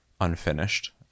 unfinished